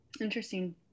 interesting